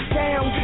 down